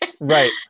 right